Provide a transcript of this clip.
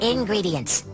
Ingredients